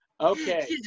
okay